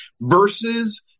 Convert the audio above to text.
versus